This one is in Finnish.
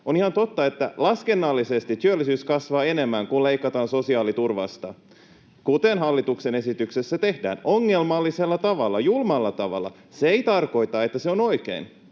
On ihan totta, että laskennallisesti työllisyys kasvaa enemmän, kun leikataan sosiaaliturvasta, kuten hallituksen esityksessä tehdään ongelmallisella tavalla, julmalla tavalla. Se ei tarkoita, että se on oikein.